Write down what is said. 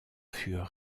furent